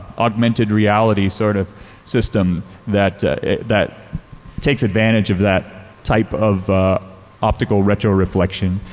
augmented reality sort of system that that takes advantage of that type of optical retroreflection.